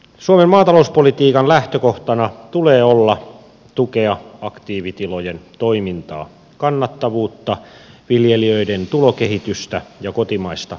suomen maatalouspolitiikan lähtökohtana tulee olla tukea aktiivitilojen toimintaa kannattavuutta viljelijöiden tulokehitystä ja kotimaista elintarviketuotantoa